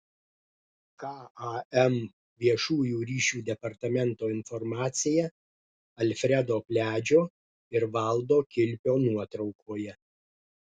kam viešųjų ryšių departamento informacija alfredo pliadžio ir valdo kilpio nuotraukoje